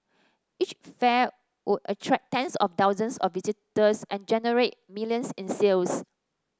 each fair would attract tens of thousands of visitors and generate millions in sales